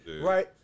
right